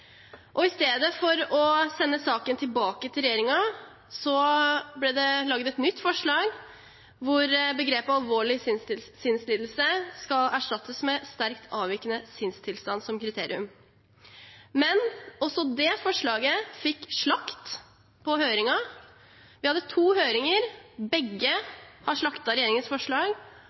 Stortinget. I stedet for å sende saken tilbake til regjeringen ble det laget et nytt forslag hvor begrepet «alvorlig sinnslidelse» skal erstattes med «sterkt avvikende sinnstilstand» som kriterium. Men også det forslaget fikk slakt i høringen. Vi hadde to høringer. Begge har slaktet regjeringens forslag.